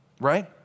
right